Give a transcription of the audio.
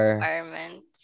requirements